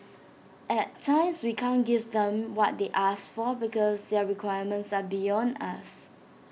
at times we can't give them what they ask for because their requirements are beyond us